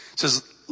says